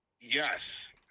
yes